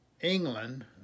England